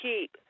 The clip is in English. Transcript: keep